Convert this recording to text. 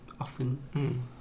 often